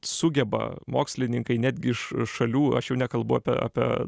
sugeba mokslininkai netgi iš šalių aš jau nekalbu apie apie